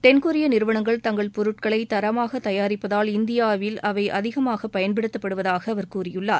தென்கொரிய நிறுவனங்கள் தங்கள் பொருட்களை தரமாக தயாரிப்பதால் இந்தியாவில் அவை அதிகமாக பயன்படுத்தப்படுவதாக அவர் கூறியுள்ளார்